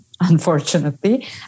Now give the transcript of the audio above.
unfortunately